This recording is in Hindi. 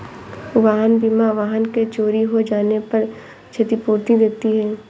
वाहन बीमा वाहन के चोरी हो जाने पर क्षतिपूर्ति देती है